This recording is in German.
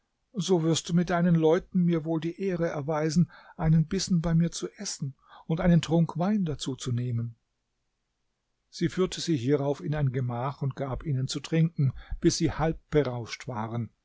so wirst du mit deinen leuten mir wohl die ehre erweisen einen bissen bei mir zu essen und einen trunk wein dazu zu nehmen sie führte sie hierauf in ein gemach und gab ihnen zu trinken bis sie halb berauscht waren